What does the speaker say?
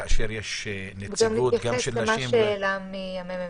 שכאשר יש נציגות גם של נשים --- גם נתייחס לשאלה של המ.מ.מ.